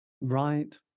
right